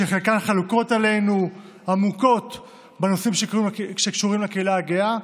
שחלקן חולקות עלינו עמוקות בנושאים שקשורים לקהילה הגאה,